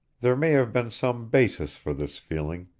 there may have been some basis for this feeling,